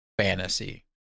Fantasy